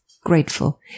grateful